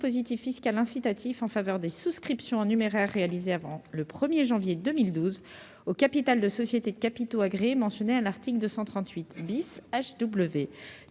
...